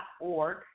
org